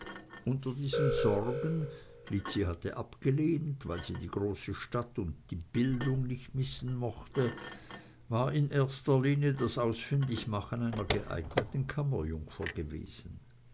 unter diesen sorgen lizzi hatte abgelehnt weil sie die große stadt und die bildung nicht missen mochte war in erster reihe das ausfindigmachen einer geeigneten kammerjungfer gewesen